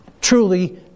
truly